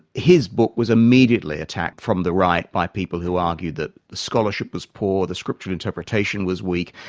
his book was immediately attacked from the right by people who argued that the scholarship was poor, the scriptural interpretation was weak,